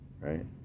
Right